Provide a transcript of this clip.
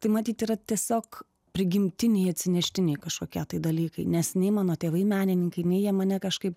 tai matyt yra tiesiog prigimtiniai atsineštiniai kažkokia tai dalykai nes nei mano tėvai menininkai nei jie mane kažkaip